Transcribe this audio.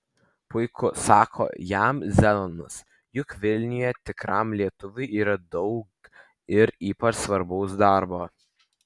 puiku sako jam zenonas juk vilniuje tikram lietuviui yra daug ir ypač svarbaus darbo